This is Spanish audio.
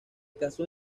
casó